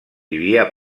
vivia